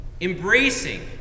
Embracing